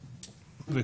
דולרים,